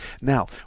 Now